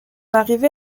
arrivée